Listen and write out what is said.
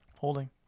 Holding